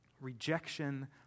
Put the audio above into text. rejection